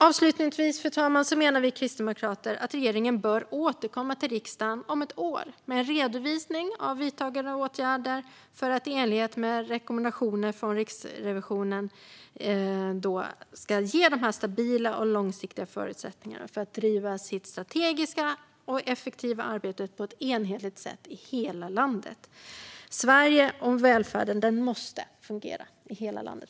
Avslutningsvis menar vi kristdemokrater att regeringen bör återkomma till riksdagen om ett år med en redovisning av vidtagna åtgärder för att i enlighet med Riksrevisionens rekommendationer ge IVO stabila och långsiktiga förutsättningar för att bedriva sitt arbete strategiskt, effektivt och på ett enhetligt sätt i hela landet. Sveriges välfärd måste fungera i hela landet.